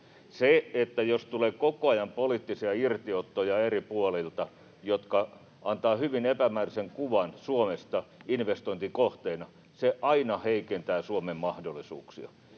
jos koko ajan tulee eri puolilta poliittisia irtiottoja, jotka antavat hyvin epämääräisen kuvan Suomesta investointikohteena, aina heikentää Suomen mahdollisuuksia.